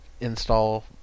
install